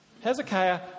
Hezekiah